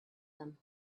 them